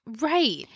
right